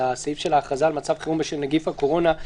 סעיף ההכרזה על מצב חירום בשל נגיף הקורונה.